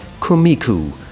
Kumiku